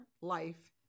life